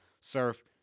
Surf